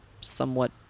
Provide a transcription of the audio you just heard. somewhat